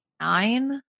nine